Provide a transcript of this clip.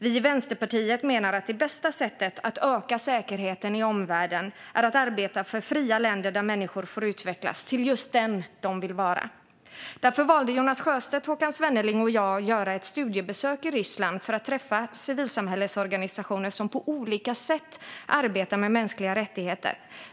Vi i Vänsterpartiet menar att det bästa sättet att öka säkerheten i omvärlden är att arbeta för fria länder där människor får utvecklas till dem de vill vara. Därför valde Jonas Sjöstedt, Håkan Svenneling och jag att göra ett studiebesök i Ryssland för att träffa civilsamhällesorganisationer som på olika sätt arbetar med mänskliga rättigheter.